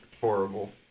horrible